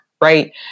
right